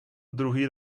druhý